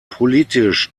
politisch